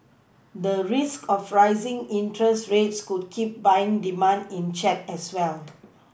the risk of rising interest rates could keep buying demand in check as well